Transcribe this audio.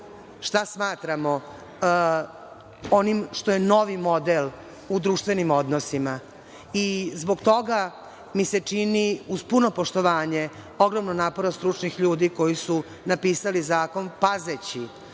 šta smatramo onim što je novi model u društvenim odnosima. Zbog toga mi se čini, uz puno poštovanje ogromnog napora stručnih ljudi koji su napisali zakon, pazeći